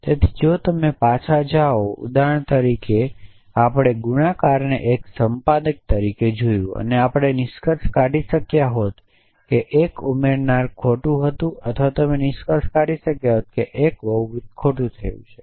તેથી જો તમે પાછા જાઓ ઉદાહરણ તરીકે કે આપણે ગુણાકારને એક સંપાદક તરીકે જોયું આપણે નિષ્કર્ષ કાઢી શક્યા હોત કે 1 ઉમેરનાર ખોટું હતું અથવા તમે નિષ્કર્ષ કાઢી શકો કે 1 બહુવિધ ખોટું થયું છે